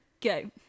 go